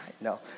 no